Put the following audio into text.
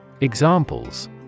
Examples